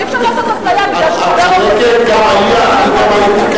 אי-אפשר לקבל אחת כי היא מהקואליציה ואחת לא לקבל כי היא מהאופוזיציה.